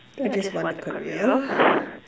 I just want a career